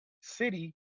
city